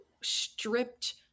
stripped